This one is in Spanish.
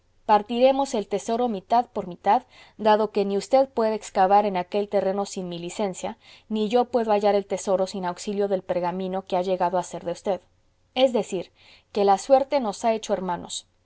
partiremos el tesoro mitad por mitad dado que ni usted puede excavar en aquel terreno sin mi licencia ni yo puedo hallar el tesoro sin auxilio del pergamino que ha llegado a ser de usted es decir que la suerte nos ha hecho hermanos